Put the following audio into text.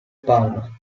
palma